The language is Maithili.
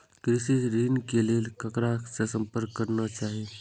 कृषि ऋण के लेल ककरा से संपर्क करना चाही?